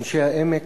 אנשי העמק,